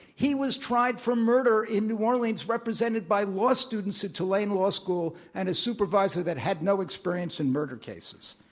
he was tried for murder in new orleans, represented by law students at tulane law school and a supervisor that had no experience in murder cases.